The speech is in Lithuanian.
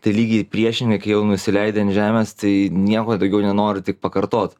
tai lygiai priešingai kai jau nusileidi ant žemės tai nieko daugiau nenori tik pakartot